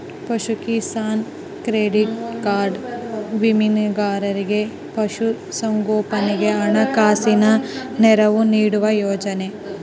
ಪಶುಕಿಸಾನ್ credit card ಮೀನುಗಾರರಿಗೆ ಪಶು ಸಂಗೋಪನೆಗೆ ಹಣಕಾಸಿನ ನೆರವು ನೀಡುವ ಯೋಜನೆ